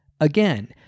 Again